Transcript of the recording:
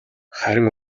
харин